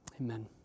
Amen